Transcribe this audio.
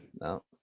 no